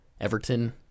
Everton